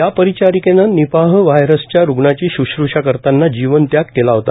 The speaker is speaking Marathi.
या परिचारीकेनं निपाह व्हायरसच्या रूग्णाची शुश्रुषा करताना जीवन त्याग केला होता